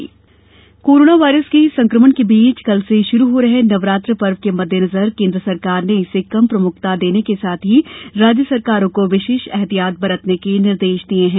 राष्ट्र corona corona virus के संकमण के बीच कल से शुरू हो रहे नवरात्र पर्व के मद्देनजर केंद्र सरकार ने इसे कम प्रमुखता देने के साथ ही राज्य सरकारों को विशॅष एहतियात बरतने के निर्देश दिये हैं